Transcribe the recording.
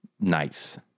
nice